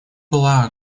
была